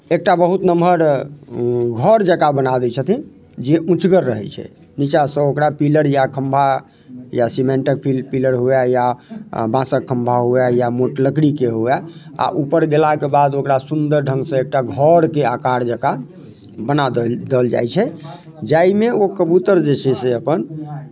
एकटा बहुत नम्हर घर जँका बना दै छथिन जे ऊँचगर रहै छै नीचाँसँ ओकरा पी पीलर या खम्भा या सीमेंटक पीलर हुए या बाँसक खम्भा हुए या मोट लकड़ीके हुए आ ऊपर गेलाके बाद ओकरा सुन्दर ढङ्गसँ एकटा घरके आकार जँका बना देल देल जाइ छै जाहिमे ओ कबूतर जे छै से अपन